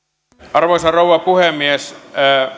arvoisa rouva puhemies